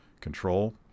control